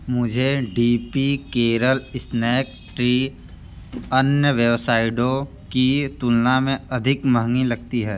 मुझे D P Kerala snack tray अन्य वेबसाइडों की तुलना में अधिक महंगी लगती है